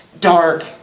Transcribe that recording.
dark